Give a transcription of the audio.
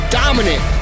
dominant